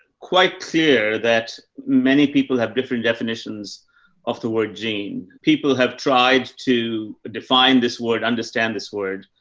quite clear that many people have different definitions of the word gene. people have tried to define this word, understand this word.